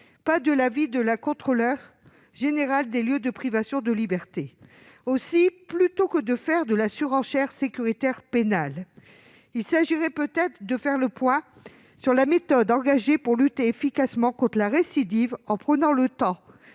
pas de l'avis de la Contrôleure générale des lieux de privation de liberté. Aussi, plutôt que de faire de la surenchère sécuritaire pénale, il s'agirait peut-être de faire le point sur la méthode engagée pour lutter efficacement contre la récidive, en prenant le temps